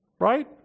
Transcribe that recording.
Right